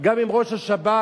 גם עם ראש השב"כ,